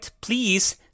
please